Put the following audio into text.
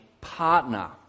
partner